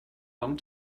long